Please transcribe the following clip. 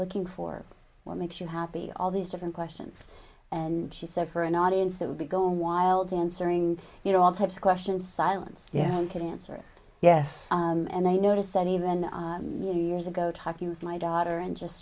looking for what makes you happy all these different questions and she said for an audience that would be go wild answering you know all types of questions silence yeah good answer yes and i noticed that even years ago talking with my daughter and just